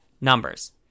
numbers